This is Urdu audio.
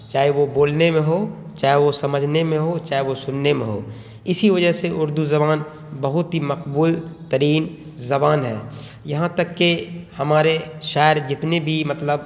چاہے وہ بولنے میں ہو چاہے وہ سمجھنے میں ہو چاہے وہ سننے میں ہو اسی وجہ سے اردو زبان بہت ہی مقبول ترین زبان ہے یہاں تک کہ ہمارے شاعر جتنے بھی مطلب